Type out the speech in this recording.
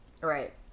Right